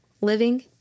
living